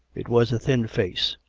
it was a thin face,